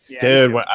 dude